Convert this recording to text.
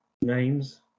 names